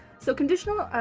so, conditional.